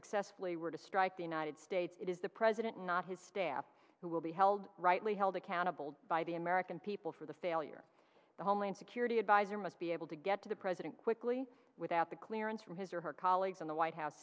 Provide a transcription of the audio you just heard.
successfully were to strike the united states it is the president not his staff who will be held rightly held accountable by the american people for the failure the homeland security adviser must be able to get to the president quickly without the clearance from his or her colleagues in the white house